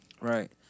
Right